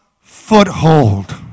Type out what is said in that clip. foothold